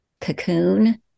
cocoon